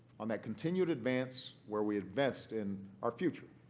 on that continued advance where we invest in our future,